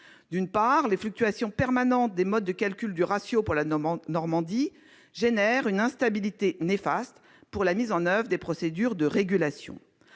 D'une part, les fluctuations permanentes des modes de calcul du ratio pour la Normandie génèrent une instabilité néfaste pour la mise en oeuvre des procédures de régulation.